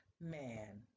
man